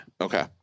Okay